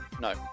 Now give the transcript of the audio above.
No